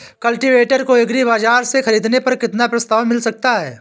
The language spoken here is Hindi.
कल्टीवेटर को एग्री बाजार से ख़रीदने पर कितना प्रस्ताव मिल सकता है?